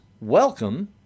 welcome